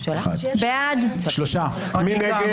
מי נמנע?